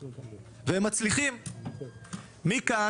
מכאן,